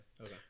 Okay